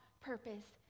purpose